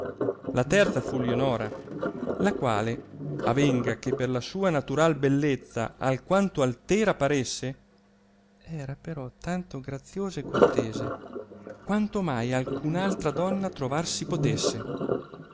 la terza fu lionora la quale avenga che per la sua naturai bellezza alquanto altera paresse era però tanto graziosa e cortese quanto mai alcun'altra donna trovar si potesse